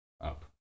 up